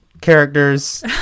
characters